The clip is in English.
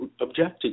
objected